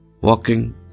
walking